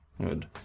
Good